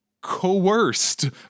Coerced